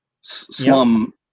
slum